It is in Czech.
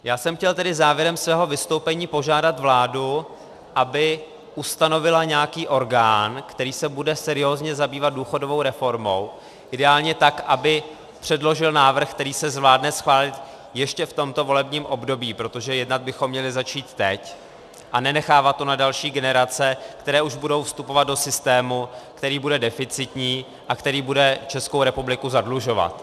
Já jsem chtěl tedy závěrem svého vystoupení požádat vládu, aby ustanovila nějaký orgán, který se bude seriózně zabývat důchodovou reformou, ideálně tak, aby předložil návrh, který se zvládne schválit ještě v tomto volebním období, protože jednat bychom měli začít teď a nenechávat to na další generace, které už budou vstupovat do systému, který bude deficitní a který bude Českou republiku zadlužovat.